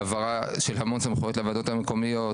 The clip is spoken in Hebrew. העברה של המון סמכויות לוועדות המקומיות,